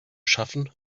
schaffen